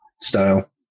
style